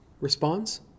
responds